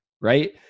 Right